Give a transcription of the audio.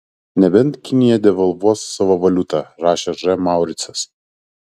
nebent kinija devalvuos savo valiutą rašė ž mauricas